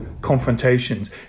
confrontations